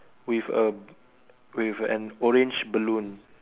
with a with an orange balloon